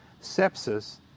sepsis